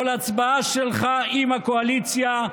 כל הצבעה שלך עם הקואליציה,